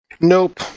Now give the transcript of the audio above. Nope